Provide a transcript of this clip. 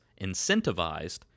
incentivized